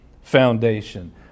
foundation